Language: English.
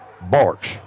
barks